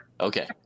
Okay